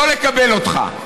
לא לקבל אותך.